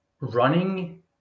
Running